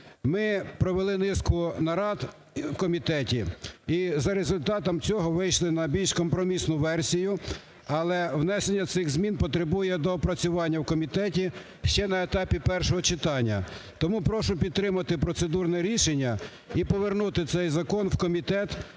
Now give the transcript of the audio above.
Ми провели низку нарад в комітеті і за результатом цього вийшли на більш компромісну версію. Але внесення цих змін потребує доопрацювання в комітеті ще на етапі першого читання. Тому прошу підтримати процедурне рішення і повернути цей закон в комітет